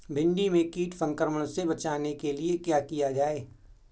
भिंडी में कीट संक्रमण से बचाने के लिए क्या किया जाए?